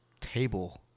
table